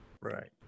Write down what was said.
Right